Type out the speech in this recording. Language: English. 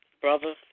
Brother